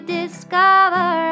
discover